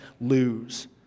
lose